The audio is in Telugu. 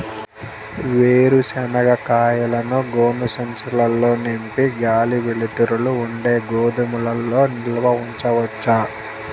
వేరుశనగ కాయలను గోనె సంచుల్లో నింపి గాలి, వెలుతురు ఉండే గోదాముల్లో నిల్వ ఉంచవచ్చా?